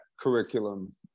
curriculum